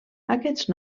aquests